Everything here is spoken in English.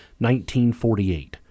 1948